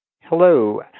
Hello